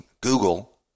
Google